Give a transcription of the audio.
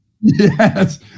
yes